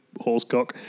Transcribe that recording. horsecock